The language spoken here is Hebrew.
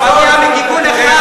בכנסת הזאת זה רק הגיע מכיוון אחד.